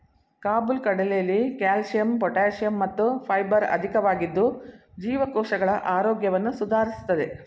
ಕಾಬುಲ್ ಕಡಲೆಲಿ calcium potassium ಮತ್ತು fibre ಅಧಿಕವಾಗಿದ್ದು ಜೀವಕೋಶಗಳ ಆರೋಗ್ಯವನ್ನು ಸುಧಾರಿಸ್ತದೆ